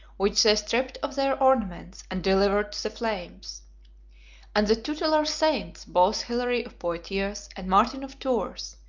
which they stripped of their ornaments and delivered to the flames and the tutelar saints, both hilary of poitiers and martin of tours,